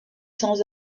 sans